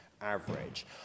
average